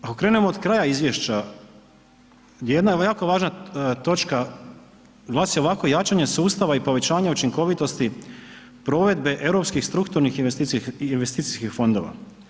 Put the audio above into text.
Ako krenemo od kraja izvješća, jedna evo jako važna točka glasi ovako, jačanje sustava i povećanje učinkovitosti provedbe europskih strukturnih investicijskih fondova.